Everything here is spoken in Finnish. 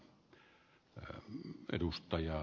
arvoisa herra puhemies